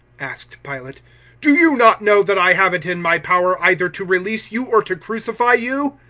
asked pilate do you not know that i have it in my power either to release you or to crucify you?